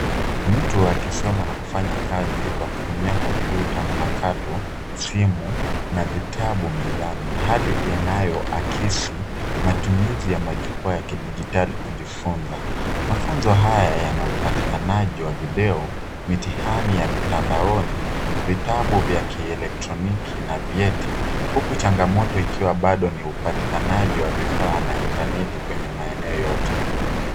Mtu akisoma na kufanya kazi kwa komputa mpakato, simu na vitabu mezani. Hali inayoakisi matumizi ya majukwaa ya kidijitali kujifunza. Mafunzo haya yana upatikanaji wa video, mitihani ya mtandaoni, vitabu vya kielektroniki na vyeti, huku changamoto ikiwa bado ni upatikanaji wa vifaa na intaneti kwenye maeneo yote.